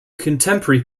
contemporary